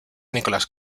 nicolas